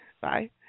Bye